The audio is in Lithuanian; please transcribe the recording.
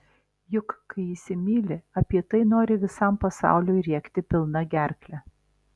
juk kai įsimyli apie tai nori visam pasauliui rėkti pilna gerkle